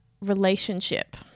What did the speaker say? relationship